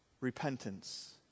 repentance